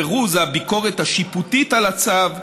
זירוז הביקורת השיפוטית על הצו